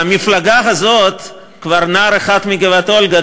מהמפלגה הזאת כבר נער אחד מגבעת-אולגה,